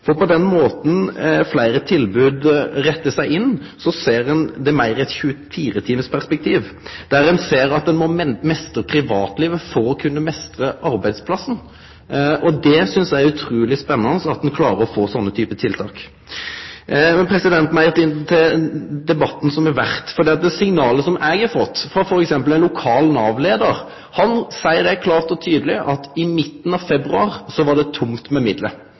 Den måten fleire tilbod rettar seg inn på, er å sjå det meir i eit 24-timars perspektiv, der ein ser at ein må meistre privatlivet for å kunne meistre arbeidsplassen. Eg synest det er utruleg spennande at ein klarar å få ein slik type tiltak. Meir til debatten som har vore og signal som eg har fått. Ein lokal Nav-leiar seier f.eks. klårt og tydeleg at i midten av februar var det tomt